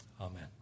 Amen